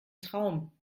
traum